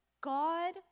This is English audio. God